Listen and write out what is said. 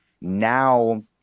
Now